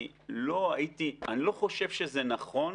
אני לא חושב שזה נכון